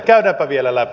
käydäänpä vielä läpi